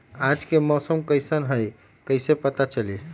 आज के मौसम कईसन हैं कईसे पता चली?